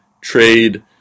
trade